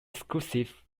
exclusive